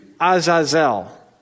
Azazel